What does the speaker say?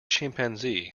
chimpanzee